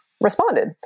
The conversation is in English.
responded